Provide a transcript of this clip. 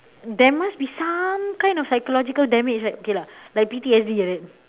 there must be some kind of psychological damage right okay lah like P_T_S_D like that